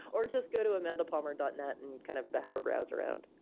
or just go to amandapalmer dot net and kind of have a browse around.